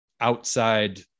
outside